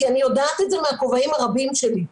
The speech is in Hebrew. כי אני יודעת את זה מהכובעים הרבים שלי.